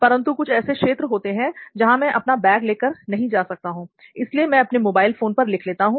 परंतु कुछ ऐसे क्षेत्र होते हैं जहां में अपना बैग लेकर नहीं जा सकता हूं इसलिए मैं अपने मोबाइल फोन पर लिख लेता हूं